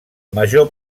major